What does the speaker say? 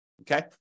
okay